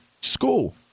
school